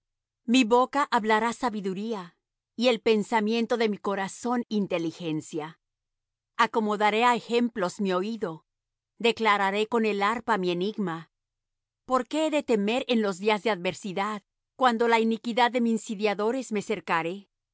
mi boca hablará sabiduría y el pensamiento de mi corazón inteligencia acomodaré á ejemplos mi oído declararé con el arpa mi enigma por qué he de temer en los días de adversidad cuando la iniquidad de mis insidiadores me cercare